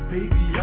Baby